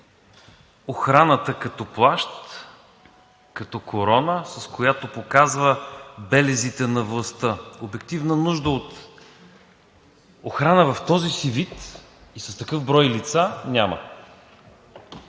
охраната като плащ, като корона, с която показва белезите на властта. Обективна нужда от охрана в този си вид, с такъв брой лица няма.